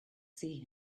see